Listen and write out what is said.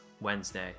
Wednesday